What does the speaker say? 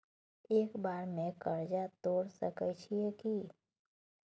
एक बेर में कर्जा तोर सके छियै की?